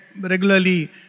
regularly